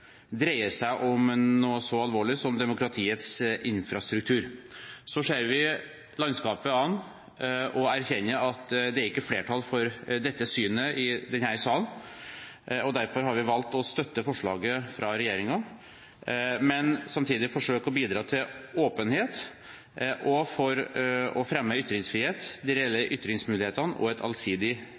dreier seg om noe så alvorlig som demokratiets infrastruktur. Så ser vi landskapet an og erkjenner at det ikke er flertall for dette synet i denne salen. Derfor har vi valgt å støtte forslaget fra regjeringen, men vi vil samtidig forsøke å bidra til åpenhet og å fremme ytringsfrihet, de reelle ytringsmulighetene, og et allsidig